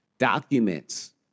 Documents